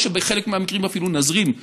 או שבחלק מהמקרים אפילו נזרים,